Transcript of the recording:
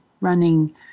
running